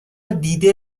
دیده